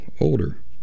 older